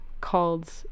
called